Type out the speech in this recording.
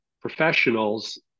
professionals